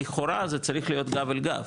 לכאורה זה צריך להיות גב אל גב,